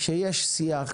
שיש שיח,